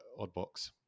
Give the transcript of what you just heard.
oddbox